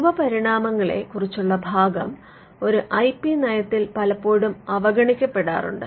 രൂപപരിണാമങ്ങളെ ക്കുറിച്ചുള്ള ഭാഗം ഒരു ഐ പി നയത്തിൽ പലപ്പോഴും അവഗണിക്കപ്പെടാറുണ്ട്